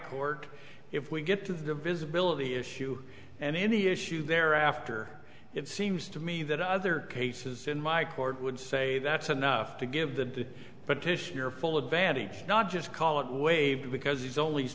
court if we get to the visibility issue and any issue thereafter it seems to me that other cases in my court would say that's enough to give the petitioner full advantage not just call it waived because he's